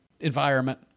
environment